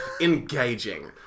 engaging